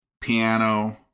piano